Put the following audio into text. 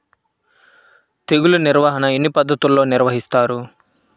తెగులు నిర్వాహణ ఎన్ని పద్ధతుల్లో నిర్వహిస్తారు?